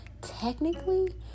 technically